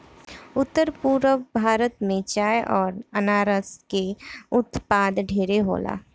उत्तर पूरब भारत में चाय अउर अनारस के उत्पाद ढेरे होला